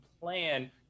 plan